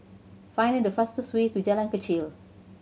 find the fastest way to Jalan Kechil